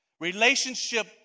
Relationship